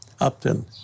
Upton